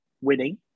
winning